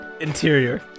Interior